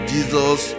Jesus